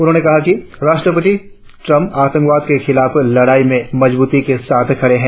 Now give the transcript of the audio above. उन्होंने कहा कि राष्ट्रपति ट्रम्प आतंकवाद के खिलाफ लड़ाई में मजबूती के साथ खड़े हैं